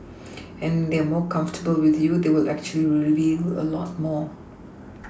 and they are more comfortable with you they will actually reveal a lot more